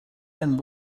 and